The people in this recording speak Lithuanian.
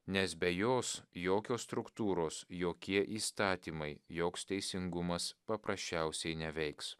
nes be jos jokios struktūros jokie įstatymai joks teisingumas paprasčiausiai neveiks